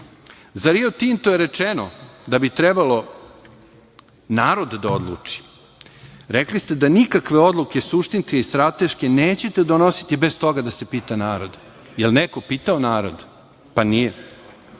Rio Tinto je rečeno da bi trebao narod da odluči. Rekli ste da nikakve suštinske odluke i strateške nećete donositi bez toga da se pita narod. Jel neko pitao narod? Pa